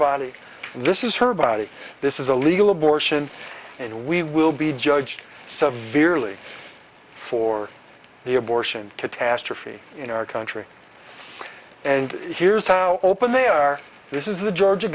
and this is her body this is a legal abortion and we will be judged severely for the abortion catastrophe in our country and here's how open they are this is the georgia